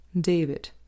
David